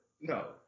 no